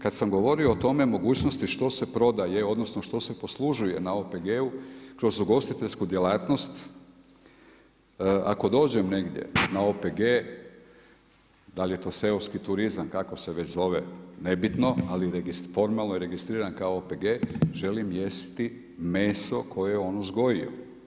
Kad sam govorio o tome mogućnosti što se prodaje, odnosno što se poslužuje na OPG-u kroz ugostiteljsku djelatnost, ako dođem negdje na OPG da li je to seoski turizam kako se već zove, nebitno, ali formalno je registriran kao OPG, želim jesti meso koje je on uzgojio.